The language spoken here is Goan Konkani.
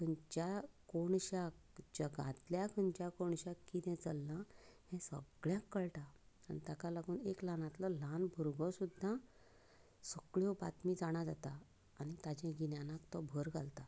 खंयच्या कोनशाक जगांतल्या खंयच्या कोनशाक किदें चललां हें सगळ्यांक कळटा आनी ताका लागून एक ल्हानांतलो ल्हान भुरगो सुद्दां सगळ्यो बातमी जाणा जाता आनी ताचें गिन्यानाक तो भर घालता